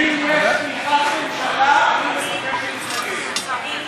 אם יש תמיכת ממשלה, אני מבקש להתנגד.